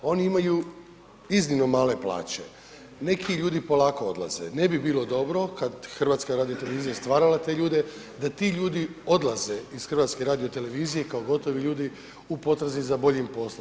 Oni imaju iznimno male plaće, neki ljudi polako odlaze, ne bi bilo dobro kada je HRT stvarala te ljude da ti ljudi odlaze iz HRT-a kao gotovi ljudi u potrazi za boljim poslom.